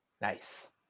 nice